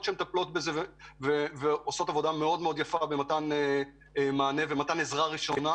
שונות שמטפלות בזה ועושות עבודה מאוד יפה במתן עזרה ראשונה.